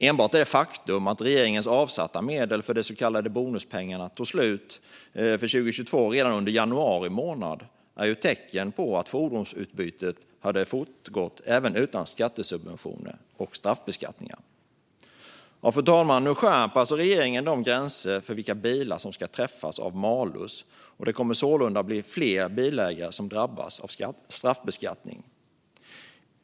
Enbart det faktum att regeringens avsatta medel för de så kallade bonuspengarna för 2022 tog slut redan under januari månad är ju ett tecken på att fordonsutbytet hade fortgått även utan skattesubventioner och straffbeskattningar. Fru talman! Nu skärper alltså regeringen gränserna för vilka bilar som ska träffas av malus, och det kommer sålunda att bli fler bilägare som drabbas av straffbeskattning.